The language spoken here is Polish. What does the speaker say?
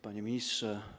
Panie Ministrze!